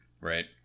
right